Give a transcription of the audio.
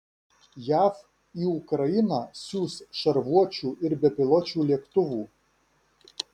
jav į ukrainą siųs šarvuočių ir bepiločių lėktuvų